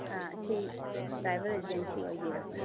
ꯑꯥ ꯁꯤ driver agency ꯑꯣꯏꯕꯤꯔꯕ꯭ꯔꯥ